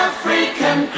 African